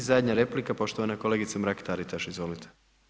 I zadnja replika, poštovana kolegica Mrak Taritaš, izvolite.